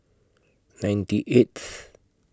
ninety eighth